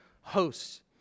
hosts